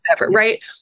right